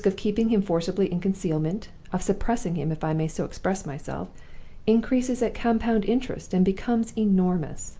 the risk of keeping him forcibly in concealment of suppressing him, if i may so express myself increases at compound interest, and becomes enormous!